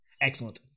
Excellent